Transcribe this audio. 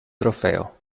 trofeo